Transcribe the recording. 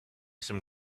some